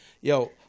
Yo